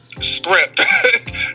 script